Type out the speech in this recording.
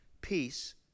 peace